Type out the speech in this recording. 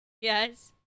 Yes